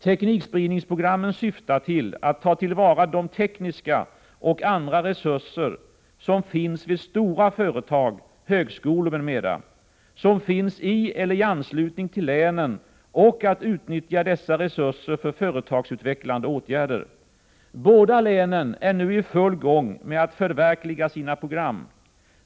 Teknikspridningsprogrammen syftar till att ta till vara de tekniska och andra resurser som finns vid stora företag, högskolor m.m. i eller i anslutning till länen och att utnyttja dessa resurser för företagsutvecklande åtgärder. Båda länen är nu i full gång med att förverkliga sina program.